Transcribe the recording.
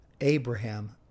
Abraham